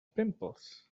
pimples